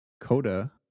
Coda